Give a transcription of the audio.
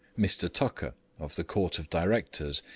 mr. tucker, of the court of directors,